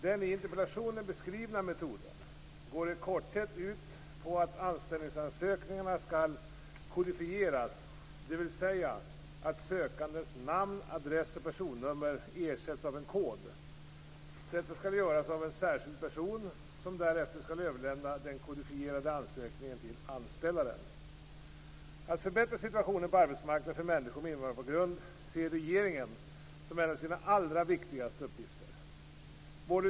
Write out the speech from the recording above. Den i interpellationen beskrivna metoden går i korthet ut på att anställningsansökningarna skall "kodifieras", dvs. att sökandens namn, adress och personnummer ersätts av en kod. Detta skall göras av en särskild person, som därefter skall överlämna den kodifierade ansökningen till "anställaren". Att förbättra situationen på arbetsmarknaden för människor med invandrarbakgrund ser regeringen som en av sina allra viktigaste uppgifter.